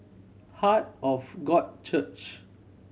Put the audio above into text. Heart of God Church